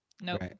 Nope